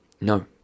no